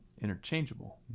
interchangeable